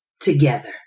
together